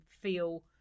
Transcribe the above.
feel